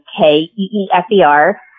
k-e-e-f-e-r